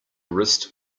wrist